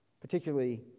particularly